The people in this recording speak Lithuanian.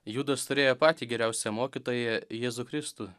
judas turėjo patį geriausią mokytoją jėzų kristų